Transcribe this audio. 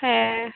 হ্যাঁ